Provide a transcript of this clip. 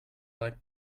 like